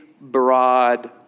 broad